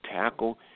tackle